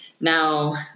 Now